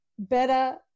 better